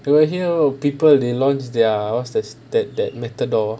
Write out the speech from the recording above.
you will here people they launched their what's there's that that metal door